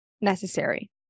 necessary